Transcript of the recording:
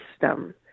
system